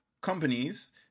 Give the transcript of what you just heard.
companies